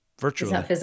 virtually